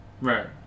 Right